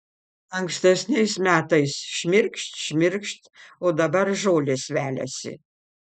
ankstesniais metais šmirkšt šmirkšt o dabar žolės veliasi